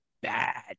bad